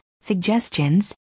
suggestions